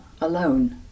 alone